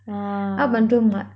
ah